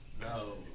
No